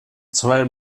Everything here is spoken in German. zwei